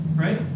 Right